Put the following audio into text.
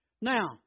Now